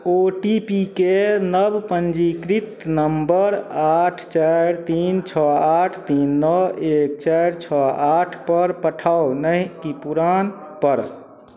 ओ T P के नव पञ्जीकृत नम्बर आठ चारि तीन छऽ आठ तीन नऽ एक चारि छओ आठ पर पठाउ नहि कि पुरान पर